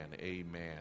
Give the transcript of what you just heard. Amen